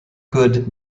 good